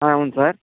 అవును సార్